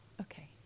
Okay